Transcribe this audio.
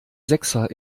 sechser